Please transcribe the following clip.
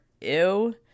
ew